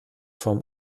vom